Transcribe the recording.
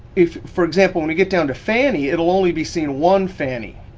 if for example, when you get down to fannie, it'll only be seen one fannie.